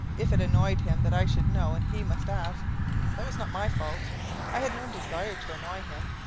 if it annoyed him that i should know and he must ask that was not my fault i had no desire to annoy him.